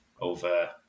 over